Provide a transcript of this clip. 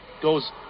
Goes